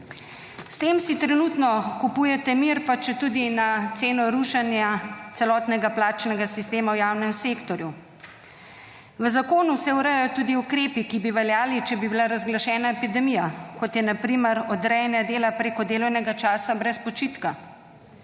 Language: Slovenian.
S tem si trenutno kupujete mir, pa četudi na ceno rušenja celotnega plačnega sistema v javnem sektorju. V zakonu se urejajo tudi ukrepi, ki bi veljali, če bi bila razglašena epidemija, kot je na primer, odrejanje dela preko delovnega časa brez počitka.